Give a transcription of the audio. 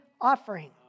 Offering